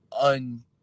un